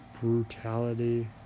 brutality